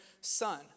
son